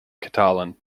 catalan